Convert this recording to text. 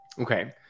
Okay